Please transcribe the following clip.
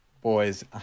Boys